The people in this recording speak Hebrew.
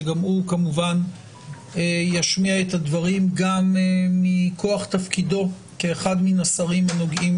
שגם הוא כמובן ישמיע את הדברים גם מכוח תפקידו כאחד מהשרים הנוגעים